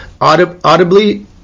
audibly –